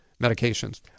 medications